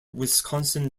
wisconsin